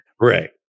right